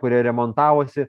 kurie remontavosi